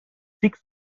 six